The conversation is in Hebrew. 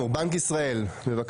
הבנקאות הפתוחה,